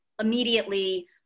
immediately